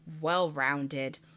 well-rounded